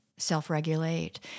self-regulate